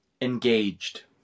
Engaged